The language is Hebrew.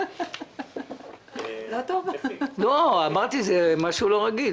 זה משהו לא רגיל.